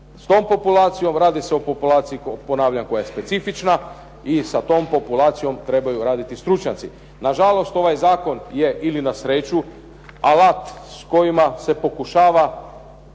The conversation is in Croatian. S tom populacijom, radi se o populaciji ponavljam koja je specifična, i sa tom populacijom trebaju raditi stručnjaci. Nažalost ovaj zakon je, ili na sreću, alat s kojima se pokušava,